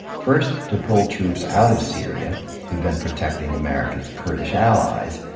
first to pull troops out of syria who'd been protecting america's kurdish allies,